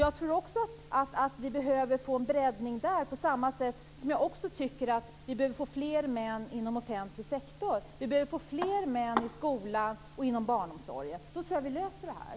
Jag tror att vi behöver få en breddning där på samma sätt som vi behöver få fler män inom offentlig sektor. Vi behöver få fler män inom skola och barnomsorg. Då tror jag att vi löser det här.